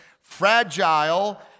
Fragile